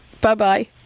Bye-bye